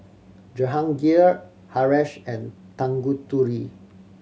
Jehangirr Haresh and Tanguturi